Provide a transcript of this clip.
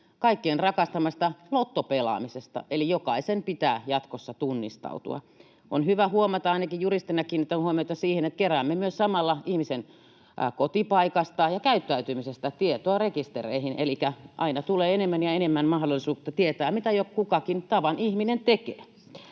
kaikkien rakastamasta lottopelaamisesta, eli jokaisen pitää jatkossa tunnistautua. On hyvä huomata — ainakin juristina kiinnitän huomiota siihen — että keräämme samalla myös ihmisen kotipaikasta ja käyttäytymisestä tietoa rekistereihin, elikkä aina tulee enemmän ja enemmän mahdollisuutta tietää, mitä kukakin tavan ihminen tekee.